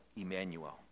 Emmanuel